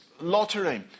lottery